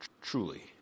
truly